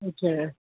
ਅੱਛਾ